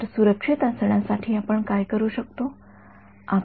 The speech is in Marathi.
तर सुरक्षित असण्यासाठी आपण काय करू शकतो